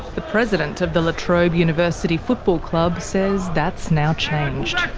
the president of the la trobe university football club says that's now changed.